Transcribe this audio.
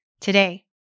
today